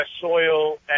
soil